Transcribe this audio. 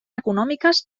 econòmiques